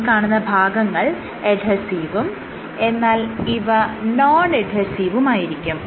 ഈ കാണുന്ന ഭാഗങ്ങൾ എഡ്ഹെസീവും എന്നാൽ ഇവ നോൺ എഡ്ഹെസീവുമായിരിക്കും